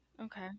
okay